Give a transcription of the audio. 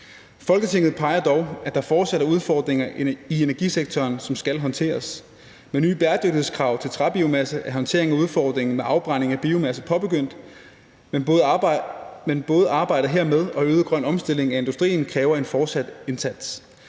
Folketinget påpeger dog, at der fortsat er udfordringer i energisektoren, som skal håndteres. Med nye bæredygtighedskrav til træbiomasse er håndteringen af udfordringen med afbrænding af biomasse påbegyndt, men arbejdet hermed og øget grøn omstilling af industrien kræver en fortsat indsats.